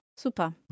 super